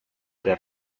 del